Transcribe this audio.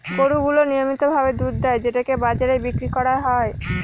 গরু গুলো নিয়মিত ভাবে দুধ দেয় যেটাকে বাজারে বিক্রি করা হয়